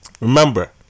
Remember